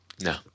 no